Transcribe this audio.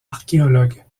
archéologue